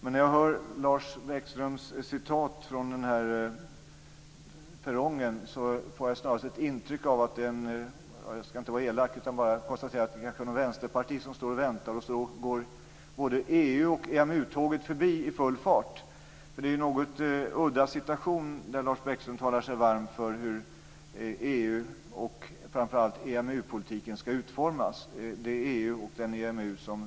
När jag hör Lars Bäckströms citat från perrongen får jag snarast ett intryck av att det är en vänsterpartist som står och väntar medan både EU-tåget och EMU-tåget går förbi i full fart. Lars Bäckström talar sig varm för EU-politikens och framför allt EMU politikens utformning. Det är en något udda situation.